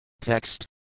Text